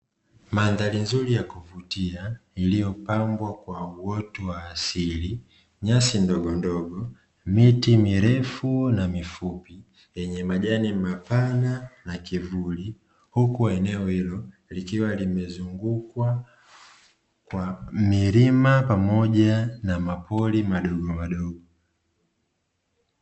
Mandhari nzuri ya kuvutia inayopambwa kwa uoto wa asili, nyasi ndogondogo, miti mirefu na mifupi yenye majani mapana na kivuli, huku eneo hilo likiwa limezungukwa kwa milima pamoja mapori madogomadogo.